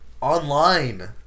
Online